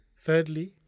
Thirdly